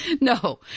No